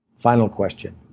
final question,